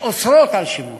שאוסרות שימוש.